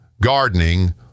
gardening